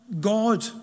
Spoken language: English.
God